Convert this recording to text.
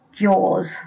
Jaws